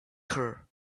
her